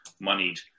moneyed